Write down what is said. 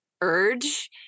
urge